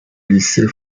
lycée